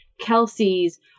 Kelsey's